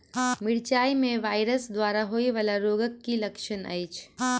मिरचाई मे वायरस द्वारा होइ वला रोगक की लक्षण अछि?